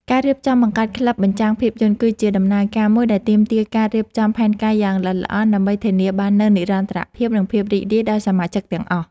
ការរៀបចំបង្កើតក្លឹបបញ្ចាំងភាពយន្ត គឺជាដំណើរការមួយដែលទាមទារការរៀបចំផែនការយ៉ាងល្អិតល្អន់ ដើម្បីធានាបាននូវនិរន្តរភាព និងភាពរីករាយដល់សមាជិកទាំងអស់។